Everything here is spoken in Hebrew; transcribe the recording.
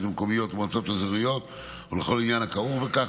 המקומיות ובמועצות האזוריות ולכל עניין הכרוך בכך,